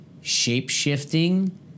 shape-shifting